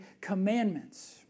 commandments